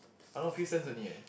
around few cents only eh